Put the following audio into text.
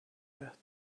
that